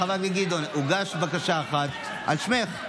הוגשה בקשה אחת על שמך.